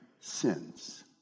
sins